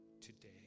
today